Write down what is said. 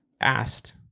asked